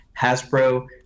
Hasbro